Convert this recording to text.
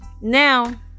now